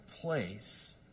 place